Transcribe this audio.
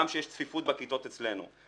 גם כשיש צפיפות בכיתות אצלנו.